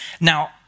Now